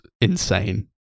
insane